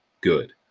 good